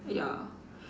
ya